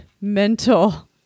mental